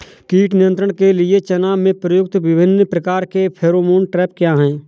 कीट नियंत्रण के लिए चना में प्रयुक्त विभिन्न प्रकार के फेरोमोन ट्रैप क्या है?